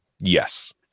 Yes